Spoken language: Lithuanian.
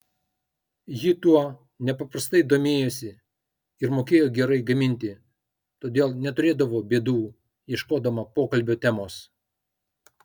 ji tuo nepaprastai domėjosi ir mokėjo gerai gaminti todėl neturėdavo bėdų ieškodama pokalbio temos